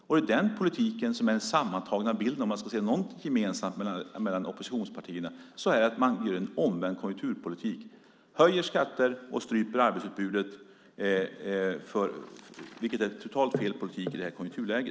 Om man ska se något gemensamt mellan oppositionspartierna så är den sammantagna bilden den att de för en omvänd konjunkturpolitik, det vill säga höjer skatter och stryper arbetsutbudet, vilket är helt fel politik i detta konjunkturläge.